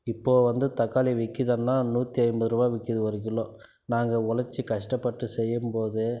இப்போது வந்து தக்காளி விற்கிதுனா நூற்றி ஐம்பது ரூபா விற்கிது ஒரு கிலோ நாங்கள் ஒழைச்சி கஷ்டப்பட்டு செய்யும் போது